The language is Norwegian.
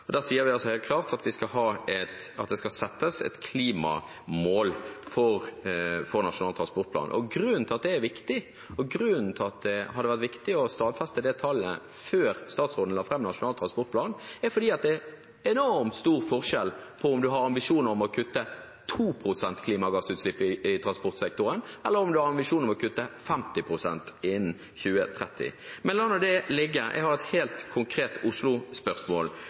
sier vi altså helt klart at det skal settes et klimamål for Nasjonal transportplan. Grunnen til at det er viktig, og grunnen til at det hadde vært viktig å stadfeste dette tallet før statsråden legger fram Nasjonal transportplan, er at det er enormt stor forskjell på om man har ambisjoner om å kutte 2 pst. klimagassutslipp i transportsektoren, eller om man har ambisjoner om å kutte 50 pst. innen 2030. Men la nå det ligge, jeg har et helt konkret